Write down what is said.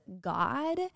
God